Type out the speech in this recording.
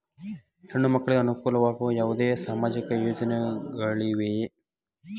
ಹೆಣ್ಣು ಮಕ್ಕಳಿಗೆ ಅನುಕೂಲವಾಗುವ ಯಾವುದೇ ಸಾಮಾಜಿಕ ಯೋಜನೆಗಳಿವೆಯೇ?